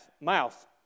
mouth